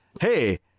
Hey